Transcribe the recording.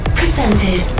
presented